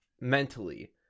mentally